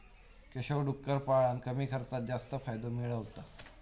केशव डुक्कर पाळान कमी खर्चात जास्त फायदो मिळयता